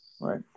right